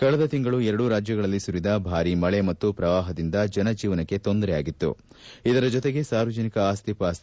ಕಳೆದ ತಿಂಗಳು ಎರಡೂ ರಾಜ್ಯಗಳಲ್ಲಿ ಸುರಿದ ಭಾರಿ ಮಳೆ ಮತ್ತು ಪ್ರವಾಹದಿಂದ ಜನಜೀವನಕ್ಕೆ ತೊಂದರೆಯಾಗಿತ್ತು ಇದರ ಜೊತೆಗೆ ಸಾರ್ವಜನಿಕ ಆಸ್ತಿ ಪಾಸ್ತಿ